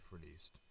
released